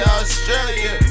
Australia